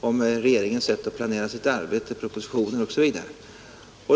om regeringens sätt att planera sitt arbete, propositioner osv.